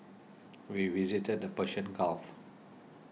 we visited the Persian Gulf